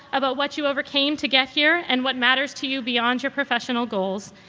about what you overcame to get here and what matters to you beyond your professional goals,